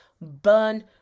burn